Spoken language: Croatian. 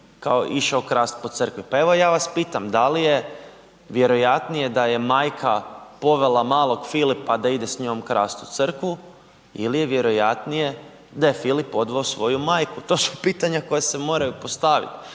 kao išao krast po crkvi. Pa evo ja vas pitam, da li je vjerojatnije da je majka povela malog Filipa da ide s njom krasti u crkvu ili je vjerojatnije da je Filip odveo svoju majku? To su pitanja koja se moraju postaviti.